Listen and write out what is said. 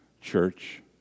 church